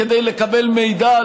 כדי לקבל מידע,